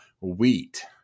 wheat